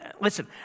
Listen